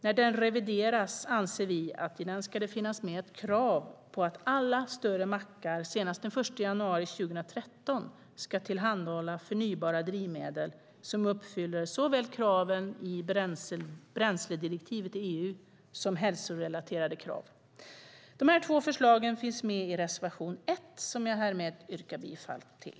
När den revideras anser vi att det i den ska finnas med ett krav på att alla större mackar senast den 1 januari 2013 ska tillhandhålla förnybara drivmedel som uppfyller såväl kraven i bränsledirektivet i EU som hälsorelaterade krav. Dessa två förslag finns med i reservation 1 som jag härmed yrkar bifall till.